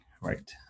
right